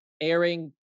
airing